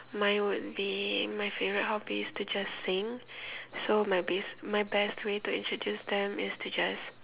mine would be my favorite hobby is to just sing so my bass my best way to be introduce them is to just